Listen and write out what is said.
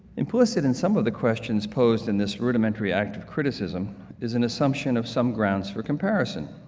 implicit in some of the questions posed in this rudimentary act of criticism is an assumption of some grounds for comparison,